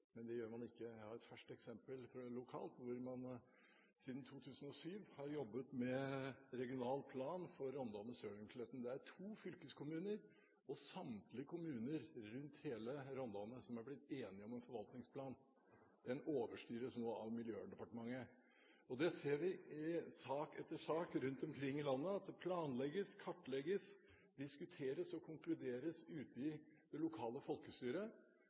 Men det gjør man ikke. Jeg har et ferskt eksempel lokalt, hvor man siden 2007 har jobbet med Regional plan for Rondane – Sølnkletten. Det er to fylkeskommuner og samtlige kommuner rundt hele Rondane som er blitt enige om en forvaltningsplan. Den overstyres nå av Miljøverndepartementet. Vi ser i sak etter sak rundt omkring i landet at det planlegges, kartlegges, diskuteres og konkluderes ute i det lokale folkestyret,